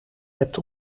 hebt